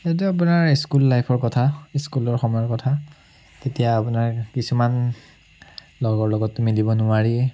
ইয়াতে আপোনাৰ স্কুল লাইফৰ কথা স্কুলৰ সময়ৰ কথা তেতিয়া আপোনাৰ কিছুমান লগৰ লগততো মিলিব নোৱাৰিয়েই